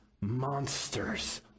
monsters